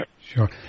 sure